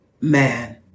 man